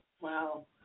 Wow